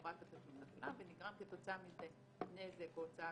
הוראת התשלום נפלה ונגרם כתוצאה מזה נזק או הוצאה